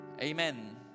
amen